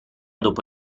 dopo